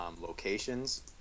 locations